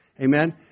Amen